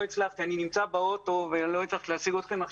אני נמצא באוטו ולא הצלחתי להשיג אתכם.